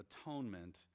atonement